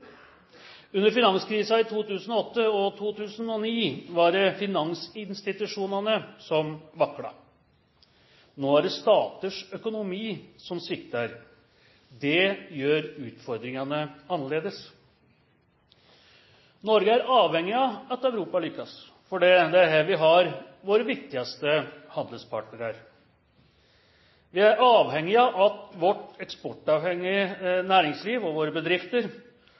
Under finanskrisen i 2008 og 2009 var det finansinstitusjonene som vaklet, nå er det staters økonomi som svikter. Det gjør at utfordringene er annerledes. Norge er avhengig av at Europa lykkes, fordi det er her vi har våre viktigste handelspartnere. Vi er avhengige av at vårt eksportavhengige næringsliv og våre bedrifter